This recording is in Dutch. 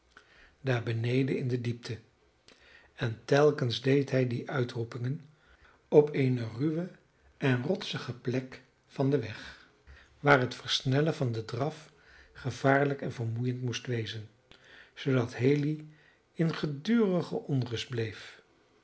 daar beneden in de diepte en telkens deed hij die uitroepingen op eene ruwe en rotsige plek van den weg waar het versnellen van den draf gevaarlijk en vermoeiend moest wezen zoodat haley in gedurige onrust bleef